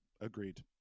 agreed